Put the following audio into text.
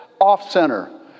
off-center